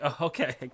okay